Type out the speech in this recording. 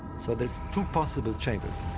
so there's two possible chambers.